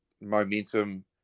momentum